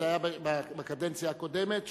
זה היה בקדנציה הקודמת,